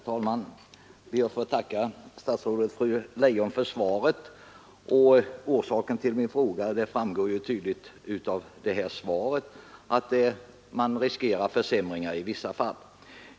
Herr talman! Jag ber att få tacka fru statsrådet Leijon för svaret. Anledningen till min fråga är, vilket tydligt framgår av svaret, att man i vissa fall riskerar försämringar för deltagare i arbetsmarknadsutbildning.